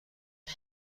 این